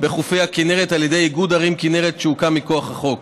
בחופי הכינרת בידי איגוד ערים כינרת שהוקם מכוח החוק.